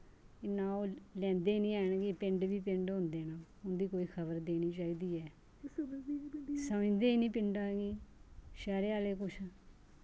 इन्ना ओह् लैंदे निं हैन कि पिंड वी पिंड होंदे न उंदी कोई खबर देनी चाहिदी ऐ समझदे निं पिंडां गी शैह्रे आह्ले कुछ